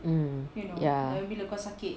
mm ya